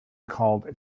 called